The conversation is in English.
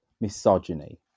misogyny